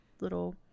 little